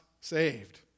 saved